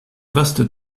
vaste